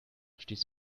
stieß